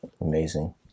amazing